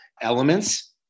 elements